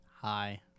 Hi